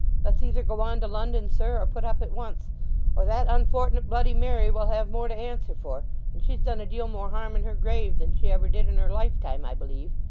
let's either go on to london, sir, or put up at once or that unfort'nate bloody mary will have more to answer for and she's done a deal more harm in her grave than she ever did in her lifetime, i believe